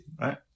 right